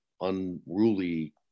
unruly